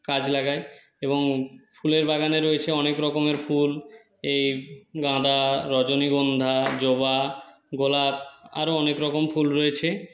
গাছ লাগায় এবং ফুলের বাগানে রয়েছে অনেক রকমের ফুল এই গাঁদা রজনীগন্ধা জবা গোলাপ আরও অনেক রকম ফুল রয়েছে